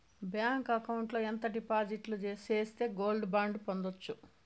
Bank account లో ఎంత డిపాజిట్లు సేస్తే గోల్డ్ బాండు పొందొచ్చు?